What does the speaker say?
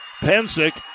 Pensick